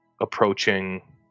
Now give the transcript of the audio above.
approaching